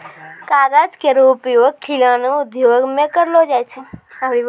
कागज केरो उपयोग खिलौना उद्योग म करलो जाय छै